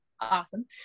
awesome